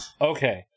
Okay